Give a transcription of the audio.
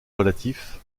relatif